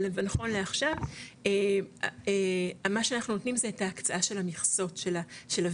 אבל נכון לעכשיו מה שאנחנו נותנים זה את ההקצאה של המכסות של הוויזות,